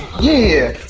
yeah!